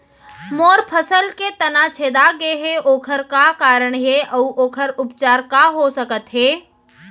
मोर फसल के तना छेदा गेहे ओखर का कारण हे अऊ ओखर उपचार का हो सकत हे?